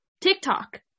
TikTok